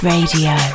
Radio